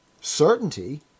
Certainty